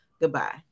goodbye